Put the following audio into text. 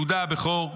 "יהודה הבכור,